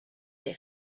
des